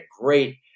great